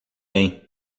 bem